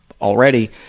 already